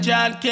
John